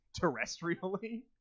terrestrially